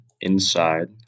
inside